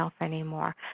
anymore